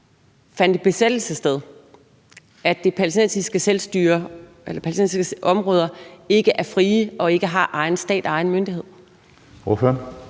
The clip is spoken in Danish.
palæstinensiske selvstyre, de palæstinensiske områder ikke er frie og ikke har egen stat egen myndighed?